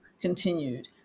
continued